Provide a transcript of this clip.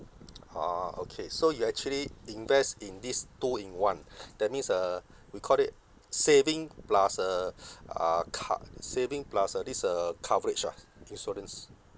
ah okay so you actually invest in this two in one that means uh we call it saving plus uh uh card saving plus uh this is a coverage ah insurance